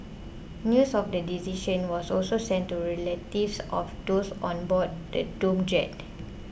news of the decision was also sent to relatives of those on board the doomed jet